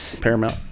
Paramount